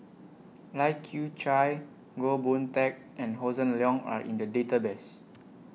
Lai Kew Chai Goh Boon Teck and Hossan Leong Are in The Database